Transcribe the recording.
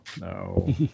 no